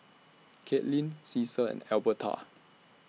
Katlynn Caesar and Elberta